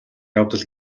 явдал